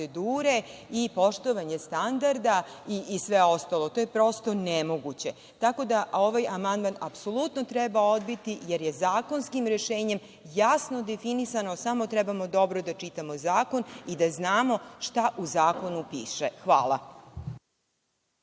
poštovanje standarda i sve ostalo. To je prosto nemoguće. Tako da, ovaj amandman apsolutno treba odbiti, jer je zakonskim rešenjem jasno definisano, samo trebamo dobro da čitamo zakon i da znamo šta u zakonu piše. Hvala.